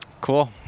cool